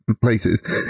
places